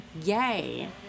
Yay